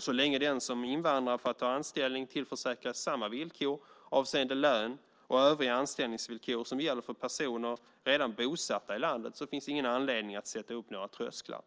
Så länge den som invandrar för att ta anställning tillförsäkras samma villkor avseende lön och övriga anställningsvillkor som gäller för personer som redan är bosatta i landet finns ingen anledning att sätta upp några trösklar.